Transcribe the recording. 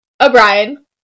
O'Brien